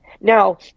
Now